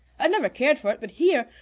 i've never cared for it, but here,